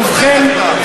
ובכן,